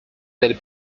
del